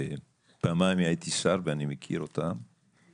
פעמיים הייתי שר ואני מכיר אותם,